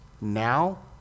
now